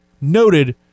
noted